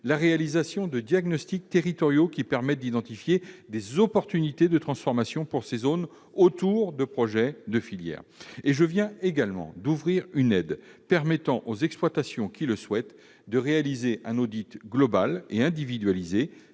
la réalisation de diagnostics permettant d'identifier les opportunités de transformation pour ces zones autour de projets de filières. Je viens également d'ouvrir une aide permettant aux exploitations qui le souhaitent de réaliser un audit global et individualisé.